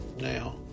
Now